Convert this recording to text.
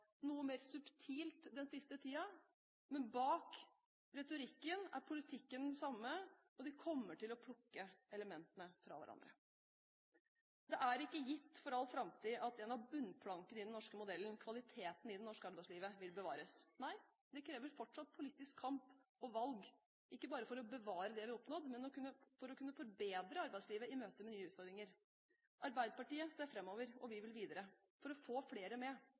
noe mer subtilt den siste tiden, men bak retorikken er politikken den samme, og de kommer til å plukke elementene fra hverandre. Det er ikke gitt for all framtid at en av bunnplankene i den norske modellen, kvaliteten i det norske arbeidslivet, vil bevares. Nei, det krever fortsatt politisk kamp og valg, ikke bare for å bevare det vi har oppnådd, men for å kunne forbedre arbeidslivet i møte med nye utfordringer. Arbeiderpartiet ser framover, og vi vil videre for å få flere med